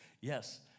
Yes